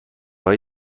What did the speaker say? های